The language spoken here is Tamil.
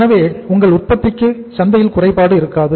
எனவே உங்கள் உற்பத்திக்கு சந்தையில் குறைபாடு இருக்காது